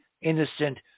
innocent